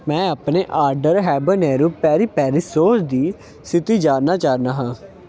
ਮੈਂ ਆਪਣੇ order habanero peri peri sauce ਦੀ ਸਥਿਤੀ ਜਾਣਨਾ ਚਾਹੁੰਦਾ ਹਾਂ